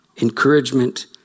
Encouragement